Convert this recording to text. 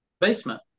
basement